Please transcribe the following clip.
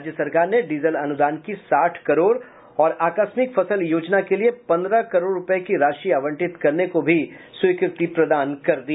राज्य सरकार ने डीजल अनुदान की साठ करोड़ और आकस्मिक फसल योजना के लिए पन्द्रह करोड़ की राशि आवंटित करने को भी स्वीकृति प्रदान कर दी